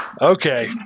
Okay